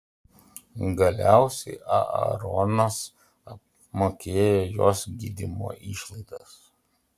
galiausiai aaronas apmokėjo jos gydymo išlaidas